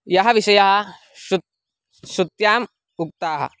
यः विषयः श्रुतिः श्रुत्याम् उक्ताः